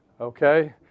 okay